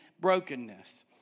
brokenness